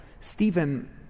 Stephen